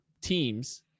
teams